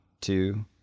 two